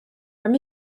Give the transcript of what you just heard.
from